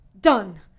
Done